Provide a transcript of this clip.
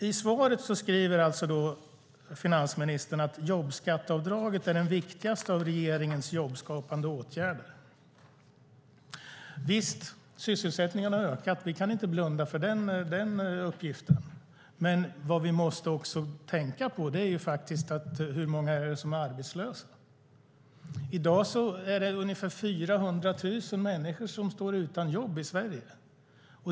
I svaret skriver finansministern att jobbskatteavdraget är den viktigaste av regeringens jobbskapande åtgärder. Visst, sysselsättningen har ökat. Vi kan inte blunda för den uppgiften. Men vad vi också måste tänka på är hur många det är som är arbetslösa. I dag är det ungefär 400 000 människor som står utan jobb i Sverige.